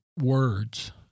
words